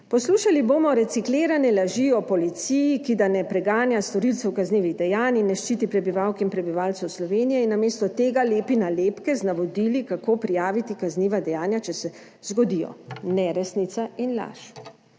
Poslušali bomo reciklirane laži o policiji, ki da ne preganja storilcev kaznivih dejanj in ne ščiti prebivalk in prebivalcev Slovenije in namesto tega lepi nalepke z navodili, kako prijaviti kazniva dejanja, če se zgodijo. Neresnica in laž.